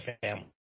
family